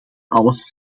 alles